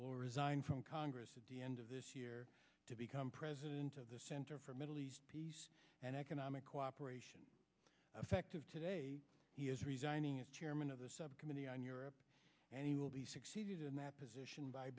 will resign from congress at the end of this year to become president of the center for middle east peace and economic cooperation affective today he is resigning as chairman of the subcommittee on europe and he will be succeeded in that position